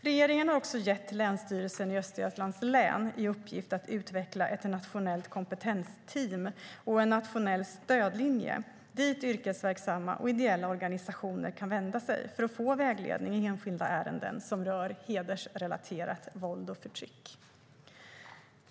Regeringen har också gett Länsstyrelsen i Östergötlands län i uppgift att utveckla ett nationellt kompetensteam och en nationell stödlinje dit yrkesverksamma och ideella organisationer kan vända sig för att få vägledning i enskilda ärenden som rör hedersrelaterat våld och förtryck.